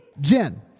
Jen